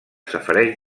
safareig